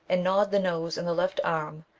and gnawed the nose and the left arm,